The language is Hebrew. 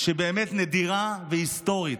שהיא באמת נדירה והיסטורית.